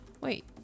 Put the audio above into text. Wait